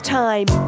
time